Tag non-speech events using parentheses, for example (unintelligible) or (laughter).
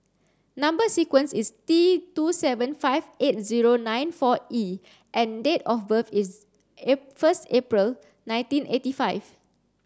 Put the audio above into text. number sequence is T two seven five eight zero nine four E and date of birth is (unintelligible) first April nineteen eighty five